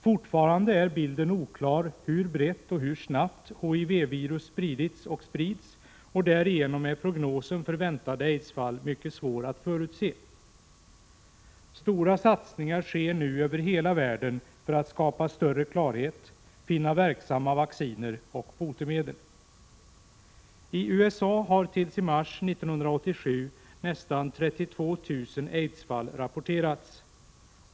Fortfarande är det oklart hur brett och hur snabbt HIV-virus spridits och sprids, och därför är prognosen för väntade aidsfall mycket svår att förutse. Stora satsningar sker nu över hela världen för att skapa större klarhet, finna verksamma vacciner och botemedel. I USA har tills i mars 1987 nästan 32 000 aidsfall rapporterats.